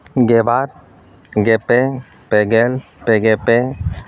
ᱜᱮ ᱵᱟᱨ ᱜᱮ ᱯᱮ ᱯᱮ ᱜᱮᱞ ᱯᱮᱜᱮ ᱯᱮ